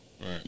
Right